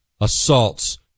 assaults